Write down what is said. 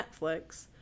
Netflix